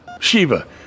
Shiva